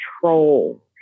control